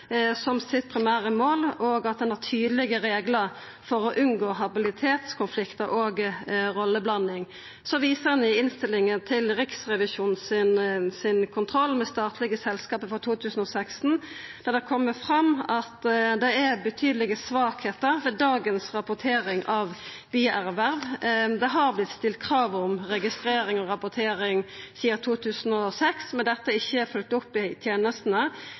som sitt primære mål, og at ein har tydelege reglar for å unngå habilitetskonfliktar og rolleblanding. Så viser ein i innstillinga til Riksrevisjonens kontroll med statlege selskap frå 2016, der det kjem fram at det er betydelege svakheiter ved dagens rapportering av bierverv. Det har vorte stilt krav om registrering og rapportering sidan 2006, men dette er ikkje følgt opp i tenestene.